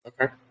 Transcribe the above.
Okay